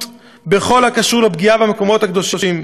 בכל הקשור לפגיעה במקומות הקדושים.